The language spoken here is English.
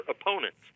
opponents